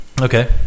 okay